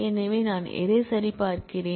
எனவே நான் எதைச் சரிபார்க்கிறேன்